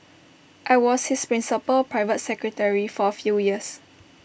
I was his principal private secretary for A few years